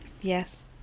yes